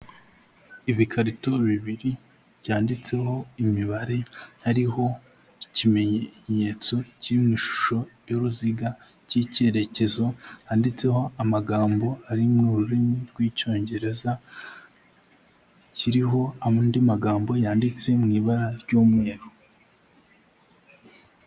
Ibikarito bibiri byanditseho imibare, hariho ikimenyetso cyiri mu ishusho y'uruziga, cy'icyerekezo, handitseho amagambo ari mu rurimi rw'icyongereza, kiriho andi magambo yanditse mu ibara ry'umweru.